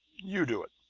you do it!